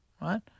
right